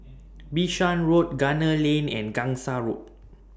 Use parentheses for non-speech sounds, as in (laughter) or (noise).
(noise) Bishan Road Gunner Lane and Gangsa Road